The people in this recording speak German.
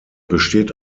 besteht